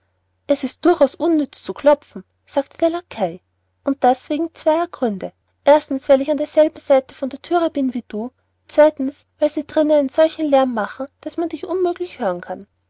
es ist durchaus unnütz zu klopfen sagte der lackei und das wegen zweier gründe erstens weil ich an derselben seite von der thür bin wie du zweitens weil sie drinnen einen solchen lärm machen daß man dich unmöglich hören kann